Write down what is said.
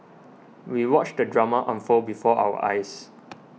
we watched the drama unfold before our eyes